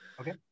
Okay